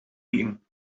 eating